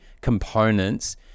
components